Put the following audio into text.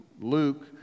Luke